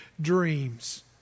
dreams